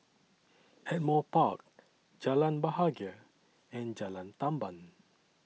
Ardmore Park Jalan Bahagia and Jalan Tamban